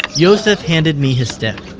yoseph handed me his stick,